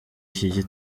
iki